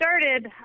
started